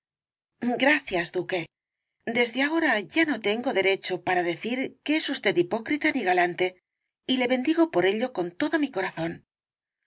gracias duque desde ahora ya no tengo derecho para decir que es usted hipócrita ni galante y le bendigo por ello con todo mi corazón